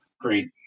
great